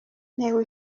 ntewe